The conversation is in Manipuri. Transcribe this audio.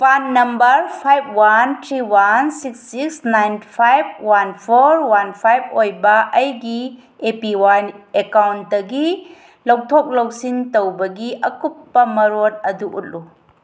ꯄꯥꯟ number five one three one six six nine five one four one five ꯑꯣꯏꯕ ꯑꯩꯒꯤ ꯑꯦ ꯄꯤ ꯋꯥꯏ ꯑꯦꯛꯀꯥꯎꯟꯇꯒꯤ ꯂꯧꯊꯣꯛ ꯂꯧꯁꯤꯟ ꯇꯧꯕꯒꯤ ꯑꯀꯨꯞꯄ ꯃꯔꯣꯜ ꯑꯗꯨ ꯎꯠꯂꯨ